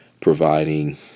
providing